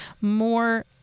more